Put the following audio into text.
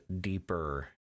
deeper